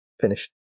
finished